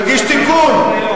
שיגיש תיקון.